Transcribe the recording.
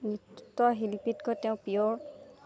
নৃত শিল্পীতকৈ তেওঁ পিয়ৰ